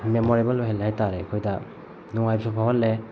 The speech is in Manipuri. ꯃꯦꯃꯣꯔꯦꯕꯜ ꯑꯣꯏꯍꯜꯂꯦ ꯍꯥꯏꯇꯔꯦ ꯑꯩꯈꯣꯏꯗ ꯅꯨꯡꯉꯥꯏꯕꯁꯨ ꯐꯥꯎꯍꯜꯂꯦ